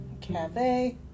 cafe